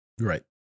Right